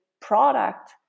product